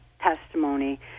testimony